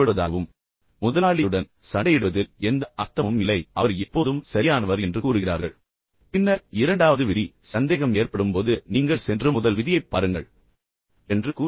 எனவே முதலாளியுடன் சண்டையிடுவதில் எந்த அர்த்தமும் இல்லை ஏனெனில் அவர்கள் முதலாளி எப்போதும் சரியானவர் என்று கூறுகிறார்கள் பின்னர் இரண்டாவது விதி சந்தேகம் ஏற்படும் போது நீங்கள் சென்று முதல் விதியைப் பாருங்கள் என்று கூறுகிறது